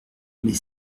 mais